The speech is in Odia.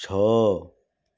ଛଅ